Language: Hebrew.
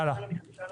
נעבור הלאה.